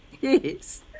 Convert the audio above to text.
Yes